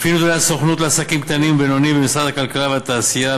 לפי נתוני הסוכנות לעסקים קטנים ובינוניים במשרד הכלכלה והתעשייה,